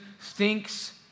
thinks